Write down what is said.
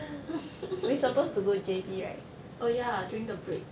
oh ya during the break